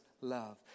love